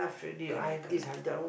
correct correct